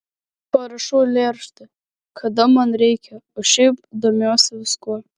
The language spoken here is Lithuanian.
parašau eilėraštį kada man reikia o šiaip domiuosi viskuo